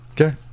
Okay